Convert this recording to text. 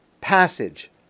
passage